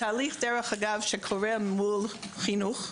אגב, זה תהליך שקורה מול החינוך.